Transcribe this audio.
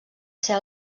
ser